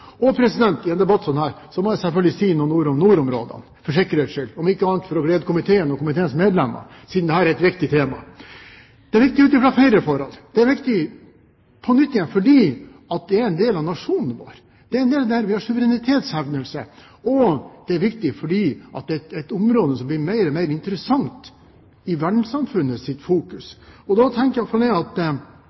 I en debatt som dette må jeg selvfølgelig si noen ord om nordområdene for sikkerhets skyld, om ikke annet for å glede komiteens medlemmer, siden dette er et viktig tema. Det er viktig ut fra flere forhold. Det er viktig fordi det handler om en del av nasjonen vår – det er en del av de områdene der vi har suverenitetshevdelse – og det er viktig fordi det er et område som blir mer og mer interessant for verdenssamfunnet. Da tenker iallfall jeg at de ressursene som er der, er det naturlig at